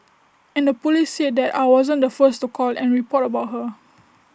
and the Police said that I wasn't the first to call and report about her